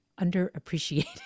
underappreciated